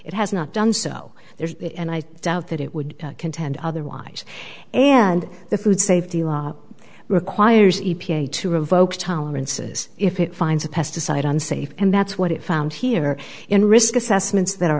it has not done so there's and i doubt that it would contend otherwise and the food safety law requires e p a to revoke tolerances if it finds a pesticide unsafe and that's what it found here in risk assessments that are